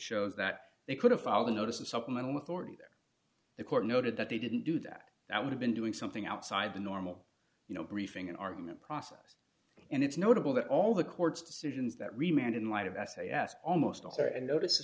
shows that they could have filed a notice of supplemental with or to their the court noted that they didn't do that that would have been doing something outside the normal you know briefing an argument process and it's notable that all the court's decisions that remained in light of s a s almost all fair and notice